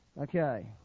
Okay